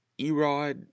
Erod